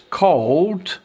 called